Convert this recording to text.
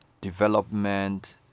development